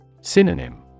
Synonym